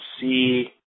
see